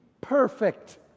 perfect